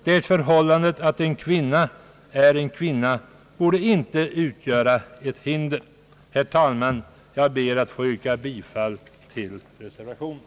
Det förhållandet att en kvinna är en kvinna borde inte utgöra ett hinder. Herr talman! Jag ber att få yrka bifall till reservationen.